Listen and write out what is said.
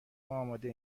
آماده